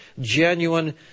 genuine